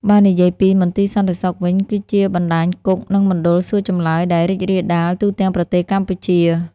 បើនិយាយពី មន្ទីរសន្តិសុខវិញ គឺជាបណ្តាញគុក និងមណ្ឌលសួរចម្លើយដែលរីករាលដាលទូទាំងប្រទេសកម្ពុជា។